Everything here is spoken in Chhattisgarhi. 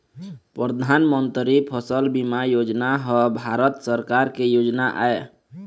परधानमंतरी फसल बीमा योजना ह भारत सरकार के योजना आय